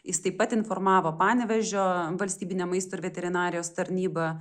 jis taip pat informavo panevėžio valstybinę maisto ir veterinarijos tarnybą